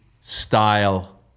style